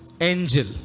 angel